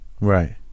Right